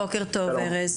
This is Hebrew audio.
בוקר טוב ארז.